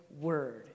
word